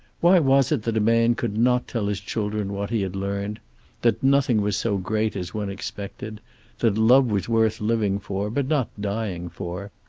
why was it that a man could not tell his children what he had learned that nothing was so great as one expected that love was worth living for, but not dying for.